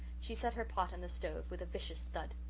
she set her pot on the stove with a vicious thud.